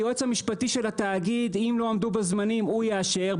היועץ המשפטי של התאגיד אם לא עמדו בזמנים הוא יאשר,